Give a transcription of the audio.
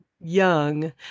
young